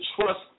trust